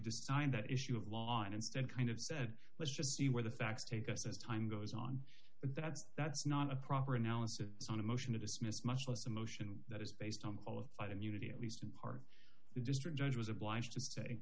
decide that issue of law and instead kind of said let's just see where the facts take us as time goes on that's that's not a proper analysis on a motion to dismiss much less a motion that is based on qualified immunity at least in part the district judge was obliged to say